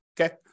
okay